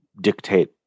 dictate